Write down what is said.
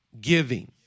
giving